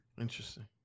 Interesting